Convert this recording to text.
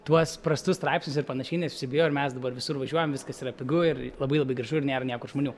tuos prastus straipsnius ir panašiai nes visi bijojo ir mes dabar visur važiuojam viskas yra pigu ir labai labai gražu ir nėra niekur žmonių